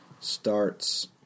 starts